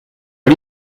are